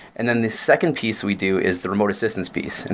and then the second piece we do is the remote assistance piece. and